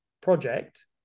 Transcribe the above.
project